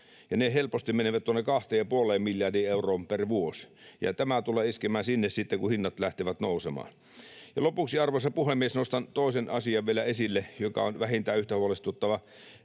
ne helposti menevät tuonne 2,5 miljardiin euroon per vuosi. Ja tämä tulee iskemään sitten sinne, kun hinnat lähtevät nousemaan. Lopuksi, arvoisa puhemies, nostan toisen asian vielä esille, joka on vähintään yhtä huolestuttava.